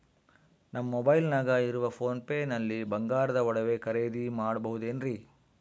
ನಮ್ಮ ಮೊಬೈಲಿನಾಗ ಇರುವ ಪೋನ್ ಪೇ ನಲ್ಲಿ ಬಂಗಾರದ ಒಡವೆ ಖರೇದಿ ಮಾಡಬಹುದೇನ್ರಿ?